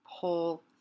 pull